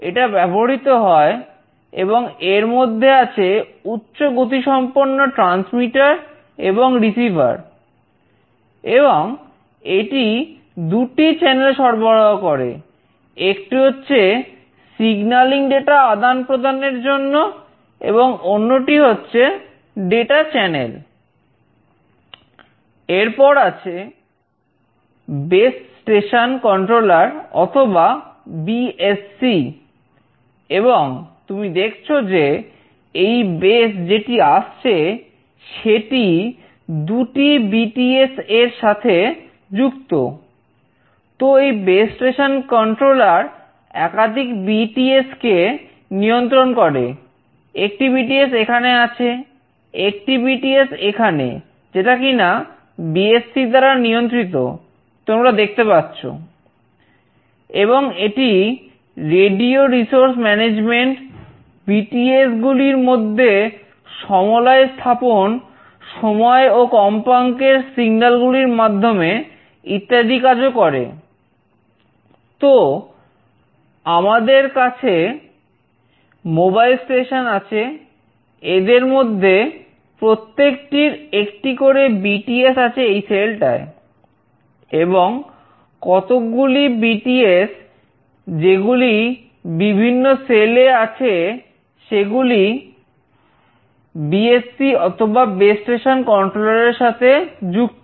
এরপর আমাদের আছে বেস স্টেশন কন্ট্রোলার এর সাথে যুক্ত